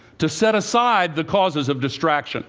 to set aside the causes of distraction